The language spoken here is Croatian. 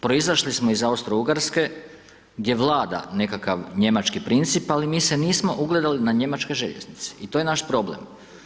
Proizašli smo iz Austro-Ugarske gdje vlada nekakav njemački princip, ali mi se nismo ugledali na njemačke željeznice i to je naš problem.